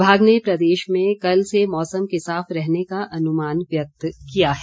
विभाग ने प्रदेश में कल से मौसम के साफ रहने का अनुमान व्यक्त किया है